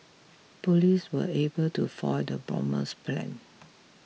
police were able to foil the bomber's plans